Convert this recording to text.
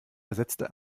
ersetzte